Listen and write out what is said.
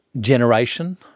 generation